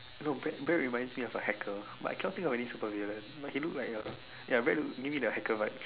no bread bread reminds me of a hacker but I cannot think of any supervillain but he look like a ya Brad look give me the hacker vibes